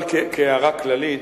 אבל, כהערה כללית,